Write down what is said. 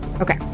Okay